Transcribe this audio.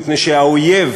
מפני שהאויב